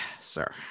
sir